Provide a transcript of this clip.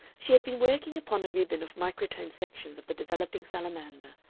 she had been working upon a ribbon of microtome sections of the developing salamander,